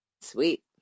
Sweet